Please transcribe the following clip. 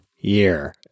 year